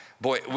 Boy